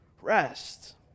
rest